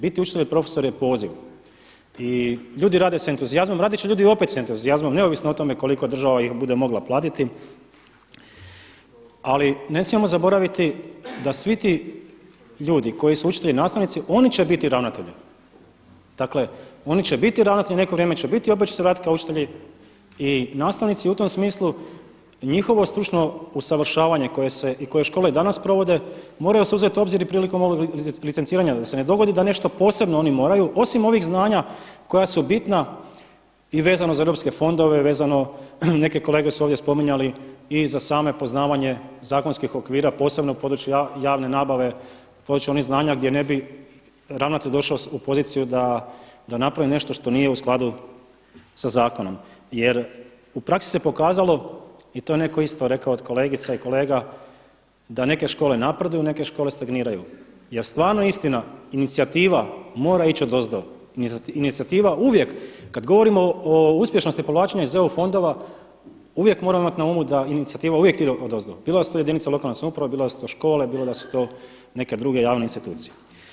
Biti učitelj i profesor je poziv i ljudi rade s entuzijazmom, radit će ljudi i opet s entuzijazmom neovisno o tome koliko država ih bude mogla platiti ali ne smijemo zaboraviti da svi ti ljudi koji su učitelji i nastavnici oni će biti ravnatelji, dakle oni će biti ravnatelji, neko vrijeme će biti i opet će se vratiti kao učitelji i nastavnici i u tom smislu njihovo stručno usavršavanje koje se i koje škole danas provode moraju se uzeti u obzir i prilikom licenciranja da se ne dogodi da nešto posebno oni moraju osim ovih znanja koja su bitna i vezano za europske fondove, vezano, neke kolege su ovdje spominjali, i za samo poznavanje zakonskih okvira posebno u području javne nabave, u području onih znanja gdje ne bi ravnatelj došao u poziciju da napravi nešto što nije u skladu sa zakonom jer u praksi se pokazalo i to je netko isto rekao od kolegica i kolega da neke škole napreduju, neke škole stagniraju jer stvarno istina, inicijativa mora ići odozdo, inicijativa uvijek kad govorimo o uspješno povlačenja iz EU fondova uvijek moramo imati na umu da inicijativa uvijek ide odozdo bilo da su to jedinice lokalne samouprave, bilo da su to škole, bilo da su to neke druge javne institucije.